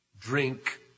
drink